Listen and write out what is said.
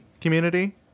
community